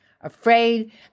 afraid